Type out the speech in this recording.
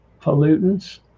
pollutants